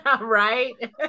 right